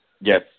yes